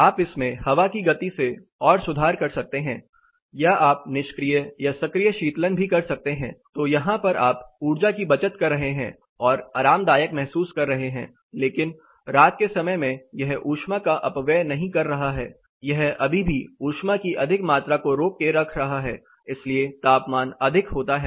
आप इसमें हवा की गति से और सुधार सकते हैं या आप निष्क्रिय या सक्रिय शीतलन भी कर सकते है तो यहां पर आप ऊर्जा की बचत कर रहे हैं और आरामदायक महसूस कर रहे हैं लेकिन रात के समय में यह ऊष्माका का अपव्यय नहीं कर रहा है यह अभी भी ऊष्मा की अधिक मात्रा को रोक के रख रहा है इसलिए तापमान अधिक होता है